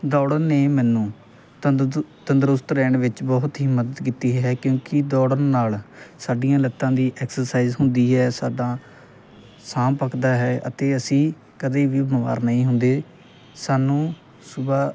ਦੌੜਨ ਨੇ ਮੈਨੂੰ ਤੰਦਦੁ ਤੰਦਰੁਸਤ ਰਹਿਣ ਵਿੱਚ ਬਹੁਤ ਹੀ ਮਦਦ ਕੀਤੀ ਹੈ ਕਿਉਂਕਿ ਦੌੜਨ ਨਾਲ ਸਾਡੀਆਂ ਲੱਤਾਂ ਦੀ ਐਕਸਰਸਾਈਜ਼ ਹੁੰਦੀ ਹੈ ਸਾਡਾ ਸਾਹ ਪੱਕਦਾ ਹੈ ਅਤੇ ਅਸੀਂ ਕਦੇ ਵੀ ਬਿਮਾਰ ਨਹੀਂ ਹੁੰਦੇ ਸਾਨੂੰ ਸੁਬਹਾ